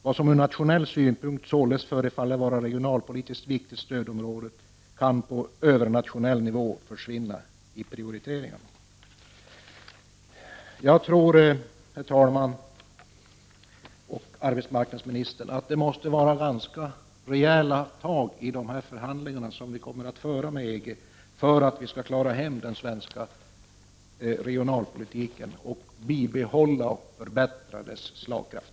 Vad som ur nationell synpunkt således förefaller vara ett regionalpolitiskt viktigt stödområde kan på övernationell nivå försvinna i prioriteringarna.” Jag tror fru talman och fru arbetsmarknadsminister att det måste vara ganska rejäla tag i dessa förhandlingar som vi kommer att föra med EG för att vi skall kunna klara hem den svenska regionalpolitiken och bibehålla och förbättra dess slagkraft.